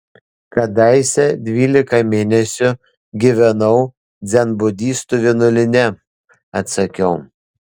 kadaise dvylika mėnesių gyvenau dzenbudistų vienuolyne atsakiau